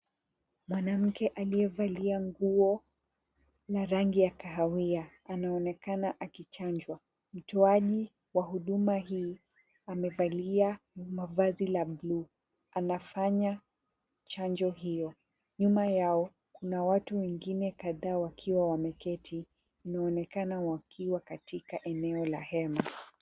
Mwanamke aliyevalia nguo za rangi ya kahawia, anaonekana akichanjwa. Mtoaji wa huduma hii, amevalia mavazi la buluu, anafanya chanjo hiyo. Nyuma yao, kuna watu wengine kadhaa wakiwa wameketi, wanaonekana wakiwa katika eneo la hema.